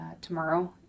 tomorrow